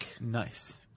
Nice